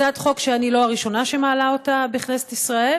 הצעת חוק שאני לא הראשונה שמעלה אותה בכנסת ישראל,